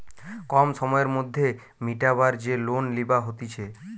কম সময়ের মধ্যে মিটাবার যে লোন লিবা হতিছে